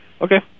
Okay